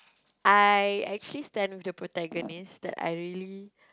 I actually stand with the protagonist that I really